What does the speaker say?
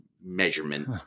measurement